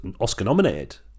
Oscar-nominated